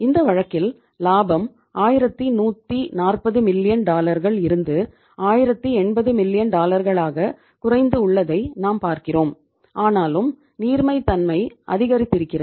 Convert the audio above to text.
இந்த வழக்கில் லாபம் 1140 மில்லியன் குறைந்து உள்ளதை நாம் பார்க்கிறோம் ஆனாலும் நீர்மை தன்மை அதிகரித்திருக்கிறது